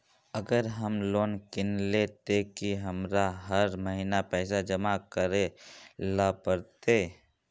अगर हम लोन किनले ते की हमरा हर महीना पैसा जमा करे ले पड़ते?